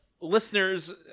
Listeners